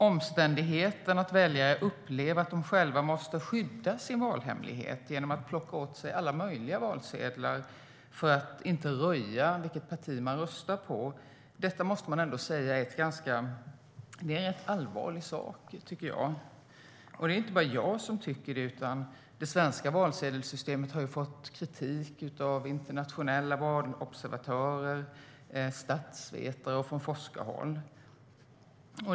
Omständligheten de upplever i att de själva måste skydda sin valhemlighet genom att plocka åt sig alla möjliga valsedlar för att inte röja vilket parti de röstar på måste man ändå säga är en rätt allvarlig sak. Och det är inte bara jag som tycker det. Det svenska valsedelssystemet har ju fått kritik av internationella valobservatörer, av statsvetare och från forskarhåll.